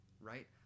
right